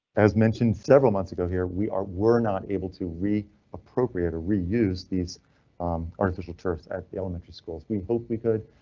as mentioned several months ago here we are were not able to re appropriate or reuse these artificial turfs at the elementary schools. we hope we could,